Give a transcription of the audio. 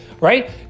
right